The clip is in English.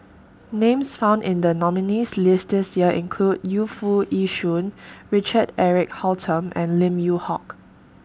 Names found in The nominees' list This Year include Yu Foo Yee Shoon Richard Eric Holttum and Lim Yew Hock